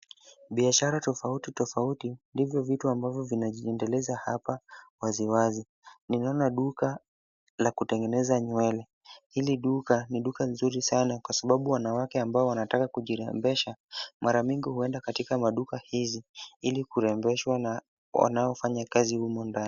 Biashara tofauti tofauti ndivyo vitu ambavyo vinajiendeleza hapa waziwazi. Nimeona duka la kutengeza nywele. Hili ni duka nzuri sana kwa sababu wanawake ambao wanataka kujirembesha mara mingi huenda katika maduka hizi ili kurembeshwa na wanaofanya kazi humo ndani.